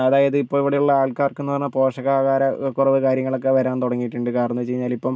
അതായത് ഇപ്പം ഇവിടെയുള്ള ആൾക്കാർക്ക് എന്ന് പറഞ്ഞാൽ പോഷക ആഹാര കുറവ് കാര്യങ്ങളൊക്കെ വരാൻ തുടങ്ങിയിട്ടുണ്ട് കാരണം എന്തെന്ന് വെച്ച് കഴിഞ്ഞാല് ഇപ്പം